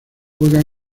juega